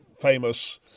famous